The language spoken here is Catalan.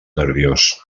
nerviós